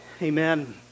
Amen